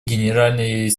генеральный